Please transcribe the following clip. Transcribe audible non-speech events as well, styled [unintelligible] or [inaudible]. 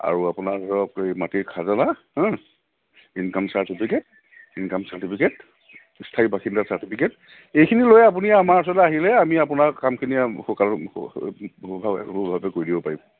আৰু আপোনাৰ ধৰক এই মাটিৰ খাজনা হা ইনকাম চাৰ্টিফিকেট ইনকাম চাৰ্টিফিকেট স্থায়ী বাসিন্দা চাৰ্টিফিকেট এইখিনি লৈ আপুনি আমাৰ ওচলতে আহিলে আমি আপোনাৰ কামখিনি [unintelligible] কৰি দিব পাৰিম